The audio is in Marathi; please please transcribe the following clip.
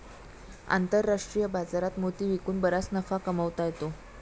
आंतरराष्ट्रीय बाजारात मोती विकून बराच नफा कमावता येतो